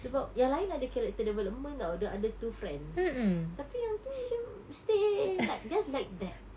sebab yang lain ada character development [tau] the other two friends tapi yang tu macam stay like just like that